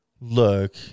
look